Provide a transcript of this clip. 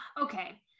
okay